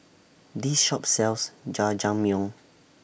This Shop sells Jajangmyeon